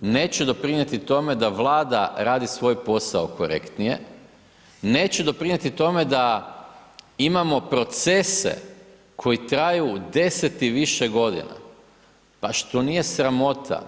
neće doprinijeti tome da Vlada radi svoj posao korektnije, neće doprinijeti tome da imamo procese koji traju 10 i više godina, pa što nije sramota